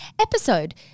episode